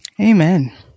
Amen